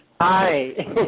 hi